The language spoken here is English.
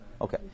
Okay